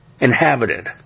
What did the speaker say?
inhabited